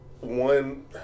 one